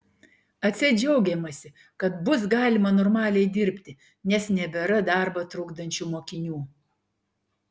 atseit džiaugiamasi kad bus galima normaliai dirbti nes nebėra darbą trukdančių mokinių